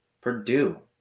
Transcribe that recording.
Purdue